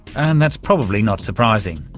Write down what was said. and that's probably not surprising.